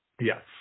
Yes